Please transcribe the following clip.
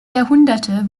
jahrhunderte